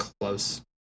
close